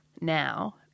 now